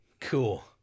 Cool